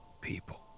people